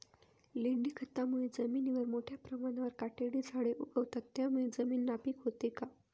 लेंडी खतामुळे जमिनीवर मोठ्या प्रमाणावर काटेरी झाडे उगवतात, त्यामुळे जमीन नापीक होते का?